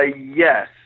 Yes